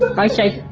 i said,